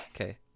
Okay